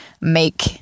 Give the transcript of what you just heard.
make